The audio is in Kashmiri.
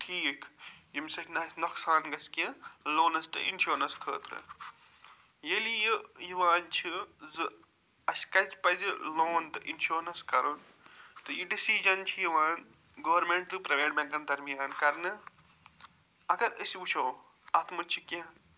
ٹھیٖک ییٚمہِ سۭتۍ نہٕ اَسہِ نۄقصان گَژھِ کیٚنٛہہ لونس تہٕ اِنشورنس خٲطرٕ ییٚلہِ یہِ یِوان چھِ زٕ اَسہِ کَتہِ پِزِ لون تہٕ اِنشورنس کَرُن تہٕ یہِ ڈیٚسِجن چھِ یِوان گورمِنٛٹ تہٕ پرٛایویٹ بینٛکن درمِیان کَرنہٕ اگر أسۍ وُچھو اَتھ منٛز چھِ کیٚنٛہہ